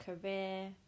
career